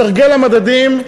סרגל המדדים,